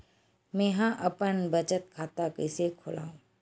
मेंहा अपन बचत खाता कइसे खोलव?